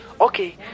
Okay